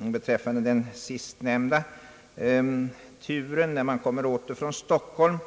Beträffande den sistnämnda turen, som innebär att man återkommer från Stockholm